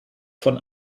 von